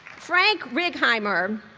frank righeimer